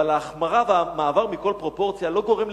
אבל ההחמרה מעבר לכל פרופורציה לא גורמת